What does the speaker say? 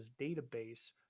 database